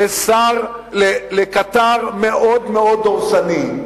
לקטר מאוד מאוד דורסני,